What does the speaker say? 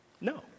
No